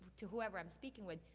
to whoever i'm speaking with,